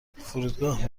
فرودگاه